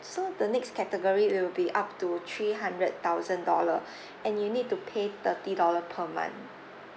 so the next category it will be up to three hundred thousand dollar and you need to pay thirty dollar per month